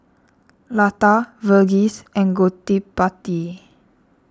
Lata Verghese and Gottipati